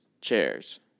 Chairs